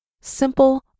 simple